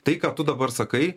tai ką tu dabar sakai